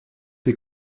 des